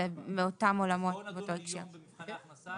זה מאותם העולמות ובאותו הקשר.